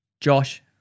Josh